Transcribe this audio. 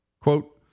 Quote